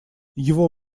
его